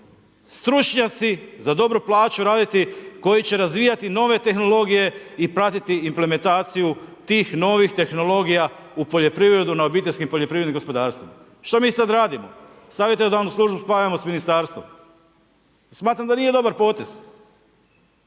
stručnjaci za dobru plaću raditi, koji će razvijati nove tehnologije i pratiti implementaciju tih novih tehnologija u poljoprivredu na obiteljskim poljoprivrednim gospodarstvima. Što mi sada radimo? Savjetodavnu službu spajamo s ministarstvom. Smatram da nije dobar potez.